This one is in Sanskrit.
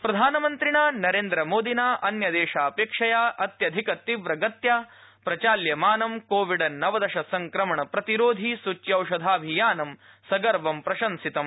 मन की बात प्रधानमन्त्रिणा नरेन्द्रमोदिना अन्यदेशापेक्षया अत्यधिक तीव्रगत्या प्रचाल्यमानं कोविड नवदश संक्रमण प्रतिरोधि सुच्यौषधाभियानं सगर्वं प्रशंसितम्